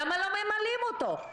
למה לא ממלאים אותו?